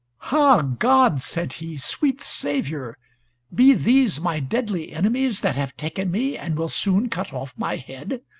ha! god, said he, sweet saviour. be these my deadly enemies that have taken me, and will soon cut off my head?